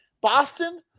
Boston